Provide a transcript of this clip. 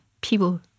people